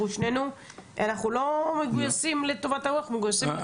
אנחנו מגויסים לטובת הפתרון.